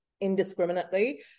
indiscriminately